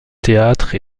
théâtre